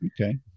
Okay